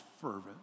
fervent